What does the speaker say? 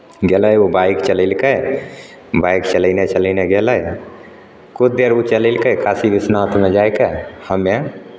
गेलै ओ बाइक चलेलकै बाइक चलयने चलयने गेलै किछु देर ओ चलेलकै काशी विश्वनाथमे जा कऽ हम्मे